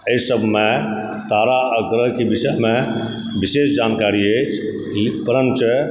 एहि सबमे तारा आ ग्रहके विषयमे विशेष जानकारी अछि ले परञ्च